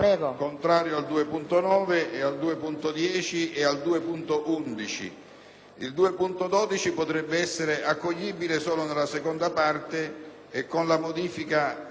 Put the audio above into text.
2.12 potrebbe essere accolto solo nella seconda parte e modificando le parole «impresa interessata» con le altre «imprese interessate».